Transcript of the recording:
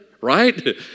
right